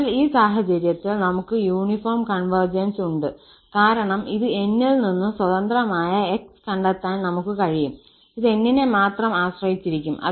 അതിനാൽ ഈ സാഹചര്യത്തിൽ നമ്മൾക്ക് യൂണിഫോം കോൺവെർജൻസ് ഉണ്ട് കാരണം ഇത് 𝑁 ൽ നിന്ന് സ്വതന്ത്രമായ x കണ്ടെത്താൻ നമ്മൾക്ക് കഴിയും ഇത് N നെ മാത്രം ആശ്രയിച്ചിരിക്കും